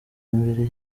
imbere